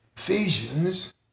Ephesians